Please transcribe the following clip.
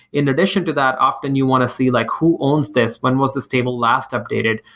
in addition to that, often you want to see like who owns this. when was this table last updated?